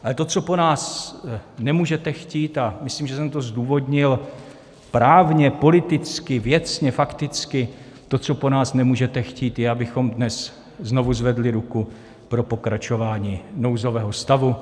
Ale to, co po nás nemůžete chtít, a myslím, že jsem to zdůvodnil právně, politicky, věcně, fakticky, to, co po nás nemůžete chtít, je, abychom dnes znovu zvedli ruku pro pokračování nouzového stavu.